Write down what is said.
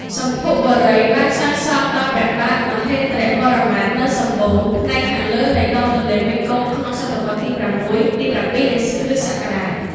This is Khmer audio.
សម្ភុបុរៈ បានសាងសង់ដោយព្រះបាទ មហេន្ទ្រវរ្ម័ន នៅសម្បូរណ៍ផ្នែកខាងលើនៃដងទន្លេមេគង្គ ក្នុងសតវត្សរ៍ទី៦ ទី៧ នៃគ្រិស្តសករាជ ។